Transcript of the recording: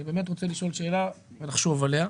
אני באמת רוצה לשאול שאלה ולחשוב עליה.